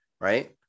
right